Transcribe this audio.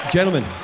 Gentlemen